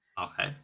Okay